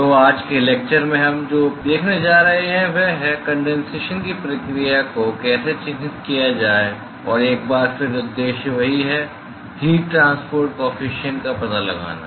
तो आज के लेक्चर में हम जो देखने जा रहे हैं वह है कंडेंसेशन की प्रक्रिया को कैसे चिह्नित किया जाए और एक बार फिर उद्देश्य वही है हीट ट्रांसपोर्ट कॉफिशिएंट का पता लगाना